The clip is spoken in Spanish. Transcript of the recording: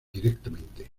directamente